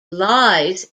lies